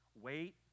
Wait